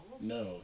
No